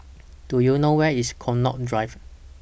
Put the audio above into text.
Do YOU know Where IS Connaught Drive